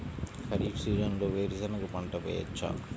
ఖరీఫ్ సీజన్లో వేరు శెనగ పంట వేయచ్చా?